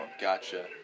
gotcha